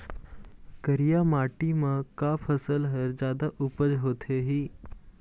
करिया माटी म का फसल हर जादा उपज होथे ही?